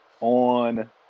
on